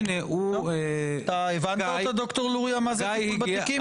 אתה הבנת ד"ר לוריא מה זה טיפול בתיקים?